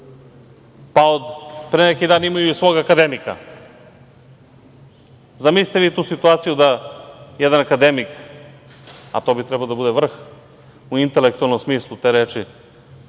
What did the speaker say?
Pa, od pre neki dan imaju i svog akademika. Zamislite vi tu situaciju da jedan akademik, a to bi trebalo da bude vrh u intelektualnom smislu te reči,